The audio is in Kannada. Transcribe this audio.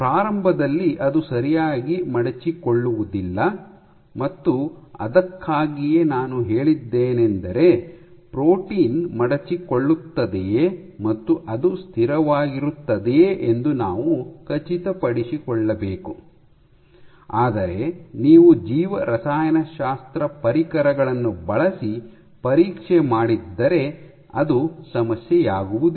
ಪ್ರಾರಂಭದಲ್ಲಿ ಅದು ಸರಿಯಾಗಿ ಮಡಚಿಕೊಳ್ಳುವುದಿಲ್ಲ ಮತ್ತು ಅದಕ್ಕಾಗಿಯೇ ನಾನು ಹೇಳಿದ್ದೇನೆಂದರೆ ಪ್ರೋಟೀನ್ ಮಡಚಿಕೊಳ್ಳುತ್ತದೆಯೇ ಮತ್ತು ಅದು ಸ್ಥಿರವಾಗಿರತ್ತದೆಯೇ ಎಂದು ನಾವು ಖಚಿತಪಡಿಸಿಕೊಳ್ಳಬೇಕು ಆದರೆ ನೀವು ಜೀವರಾಸಾಯನಶಾಸ್ತ್ರ ಪರಿಕರಗಳನ್ನು ಬಳಸಿ ಪರೀಕ್ಷೆ ಮಾಡಿದ್ದರೆ ಅದು ಸಮಸ್ಯೆಯಾಗುವುದಿಲ್ಲ